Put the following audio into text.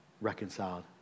reconciled